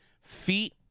feet